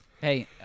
hey